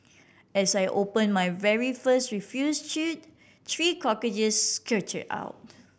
as I open my very first refuse chute three cockroaches scurried out